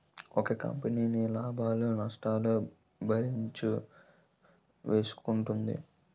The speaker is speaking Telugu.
ఒక కంపెనీ లాభాలు నష్టాలు భేరీజు వేసుకుంటుంది